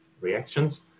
reactions